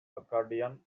accordion